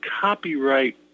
copyright